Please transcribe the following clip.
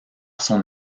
son